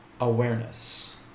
Awareness